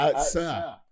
sir